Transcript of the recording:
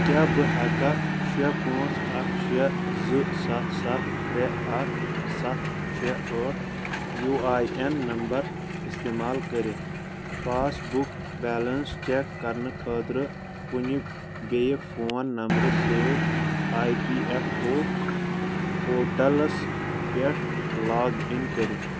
کیاہ بہٕ ہٮ۪کا شےٚ پانٛژھ اَکھ شےٚ زٕ سَتھ سَتھ ترٛےٚ اَکھ سَتھ شےٚ ٲٹھ یوٗ آی اؠن نَمبَر اِستعمال کٔرِتھ پاسبُک بیلَنٕس چٮ۪ک کَرنہٕ خٲطرٕکُنہِ بیٚیہِ فون نمبرٕ سۭتۍ آی پی اؠف او ٮ۪وٹلَس پؠٹھ لاگ اِن کٔرِتھ